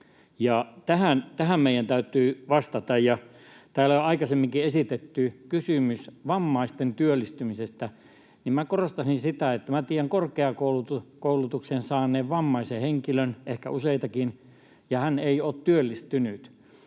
Tähän meidän täytyy vastata. Täällä on aikaisemminkin esitetty kysymys vammaisten työllistymisestä. Minä korostaisin sitä. Minä tiedän korkeakoulutuksen saaneen vammaisen henkilön, ehkä useitakin, ja hän ei ole työllistynyt.